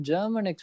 German